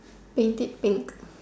paint it pink